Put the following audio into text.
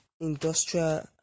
industrial